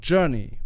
Journey